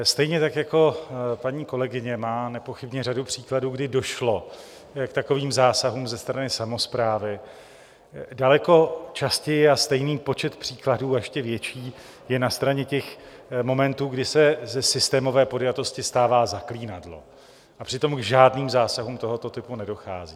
Stejně tak jako paní kolegyně má nepochybně řadu příkladů, kdy došlo k takovým zásahům ze strany samosprávy, daleko častěji a stejný počet příkladů a ještě větší je na straně momentů, kdy se ze systémové podjatosti stává zaklínadlo a přitom už k žádným zásahům tohoto typu nedochází.